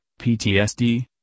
PTSD